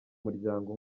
muryango